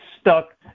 stuck